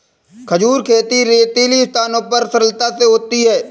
खजूर खेती रेतीली स्थानों पर सरलता से होती है